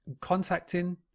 contacting